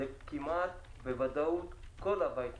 כמעט בוודאות כל הבית נדבק.